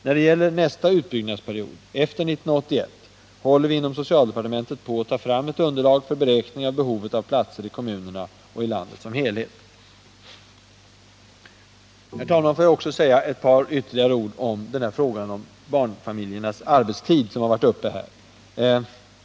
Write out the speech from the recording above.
När det gäller nästa utbyggnadsperiod, efter 1981, håller vi inom socialdepartementet på att ta fram ett underlag för beräkning av behovet av platser i kommunerna och i landet som helhet. Herr talman! Låt mig också säga ytterligare ett par ord i frågan om småbarnsföräldrarnas arbetstid, som har varit uppe här.